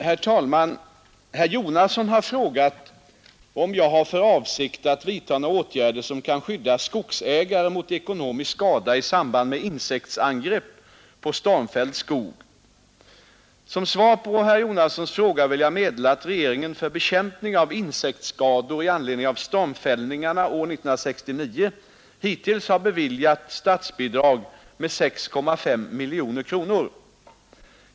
Herr talman! Herr Jonasson har frågat om jag har för avsikt att vidta några atgärder som kan skydda skogsägare mot ekonomisk skada i samband med insektsangrepp på stormfälld skog. Som svar på herr Jonassons fråga vill jag meddela att regeringen för bekämpning av insektsskador i anledning av stormfällningarna är 1969 hittills har beviljat statsbidrag med 6,5 miljoner kronor.